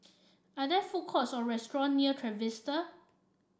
are there food courts or restaurant near Trevista